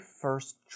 first